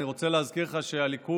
אני רוצה להזכיר לך שהליכוד